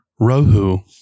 Rohu